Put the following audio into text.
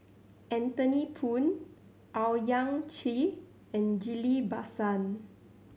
Anthony Poon Owyang Chi and Ghillie Basan